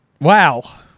wow